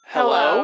Hello